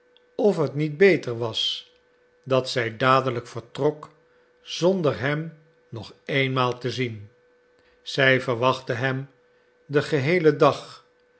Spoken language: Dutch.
of het niet beter was dat zij dadelijk vertrok zonder hem nog eenmaal te zien zij verwachtte hem den geheelen dag